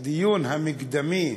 הדיון המקדמי,